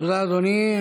תודה, אדוני.